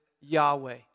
Yahweh